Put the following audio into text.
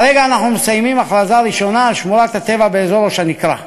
כרגע אנחנו מסיימים הכרזה ראשונה על שמורת הטבע באזור ראש-הנקרה.